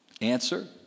Answer